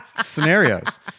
scenarios